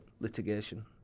Litigation